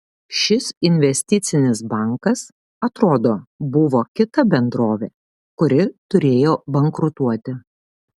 šis investicinis bankas atrodo buvo kita bendrovė kuri turėjo bankrutuoti